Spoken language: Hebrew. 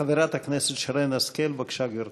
חברת הכנסת שרן השכל, בבקשה, גברתי.